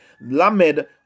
Lamed